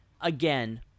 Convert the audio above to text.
again